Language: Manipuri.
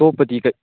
ꯑꯇꯣꯞꯄꯗꯤ